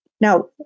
Now